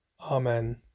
Amen